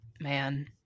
man